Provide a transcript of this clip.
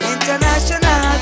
International